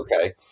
okay